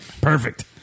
Perfect